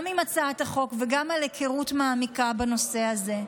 גם עם הצעת החוק, וגם על היכרות מעמיקה בנושא הזה.